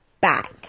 back